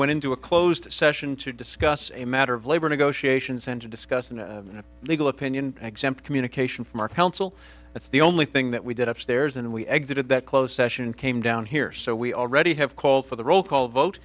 went into a closed session to discuss a matter of labor negotiations and to discuss in a legal opinion exempt communication from our council it's the only thing that we did upstairs and we exited that closed session came down here so we already have called for the roll call vote